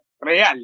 real